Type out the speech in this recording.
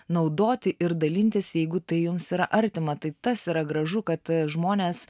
naudoti ir dalintis jeigu tai jums yra artima tai tas yra gražu kad žmonės